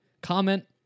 comment